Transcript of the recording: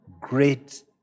great